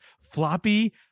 Floppy